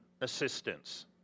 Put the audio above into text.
assistance